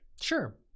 Sure